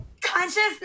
consciousness